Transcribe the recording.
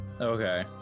Okay